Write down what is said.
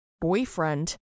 Boyfriend